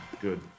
Good